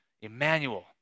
Emmanuel